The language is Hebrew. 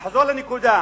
נחזור לנקודה.